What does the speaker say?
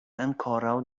ankoraŭ